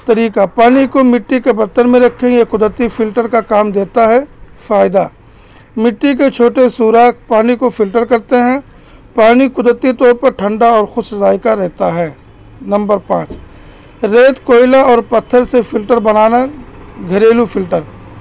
طریقہ پانی کو مٹی کے برتن میں رکھیں گ یہ قدرتی فلٹر کا کام دیتا ہے فائدہ مٹی کے چھوٹے سورااک پانی کو فلٹر کرتے ہیں پانی قدرتی طور پر ٹھنڈا اور خوش ذائقہ رہتا ہے نمبر پانچ ریت کوئلہ اور پتھر سے فلٹر بنانا گھریلو فلٹر